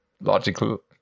logical